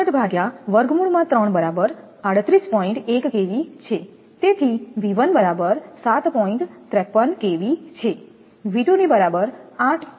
તેથી 𝑉1 છે 𝑉2 ની બરાબર 8